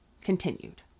continued